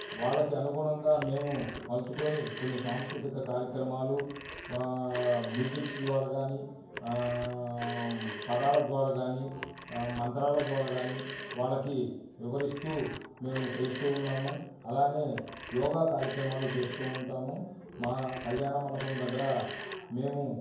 వాళ్ళకి అనుగుణంగా మేము మలుచుకుని కొన్ని సాంస్కృతిక కార్యక్రమాలు మ్యూజిక్ ద్వారా కాని పదాల ద్వారా కాని మంత్రాల ద్వారా కాని వాళ్ళకి వివరిస్తూ మేము చేస్తూ ఉన్నాము అలానే యోగా కార్యక్రమాలు చేస్తూ ఉంటాము మా కల్యాణం మండపం దగ్గర మేము